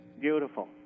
Beautiful